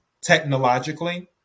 technologically